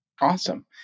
awesome